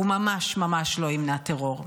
הוא ממש ממש לא ימנע טרור.